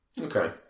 Okay